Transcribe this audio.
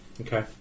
Okay